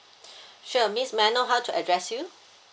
sure miss may I know how to address you